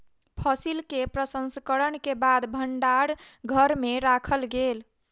फसिल के प्रसंस्करण के बाद भण्डार घर में राखल गेल